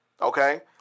Okay